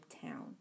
town